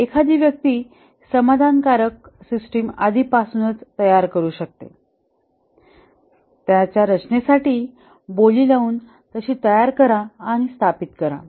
एखादी व्यक्ती समाधानकारक सिस्टिम आधीपासूनच तयार करू शकते त्याच्या रचनेसाठी बोली लावून तशी तयार करा आणि स्थापित करा